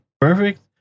perfect